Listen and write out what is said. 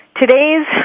Today's